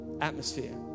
Atmosphere